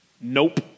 Nope